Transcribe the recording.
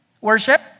worship